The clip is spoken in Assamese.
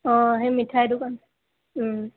অঁ সেই মিঠাই দোকান